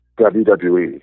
WWE